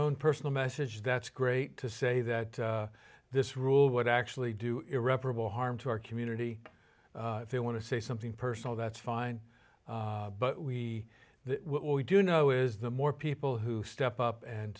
own personal message that's great to say that this rule would actually do irreparable harm to our community if you want to say something personal that's fine but we do know is the more people who step up and